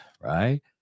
Right